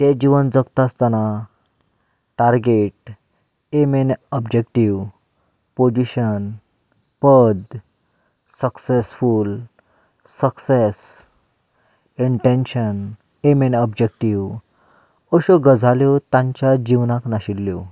तें जीवन जगता आसतना target aim and objective position पद successful success intention aim and objective अश्यो गजाली तांच्या जिवनाक नाशिल्ल्यो